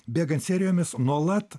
bėgant serijomis nuolat